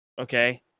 okay